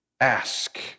ask